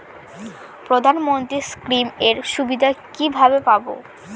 প্রধানমন্ত্রী স্কীম এর সুবিধা কিভাবে পাবো?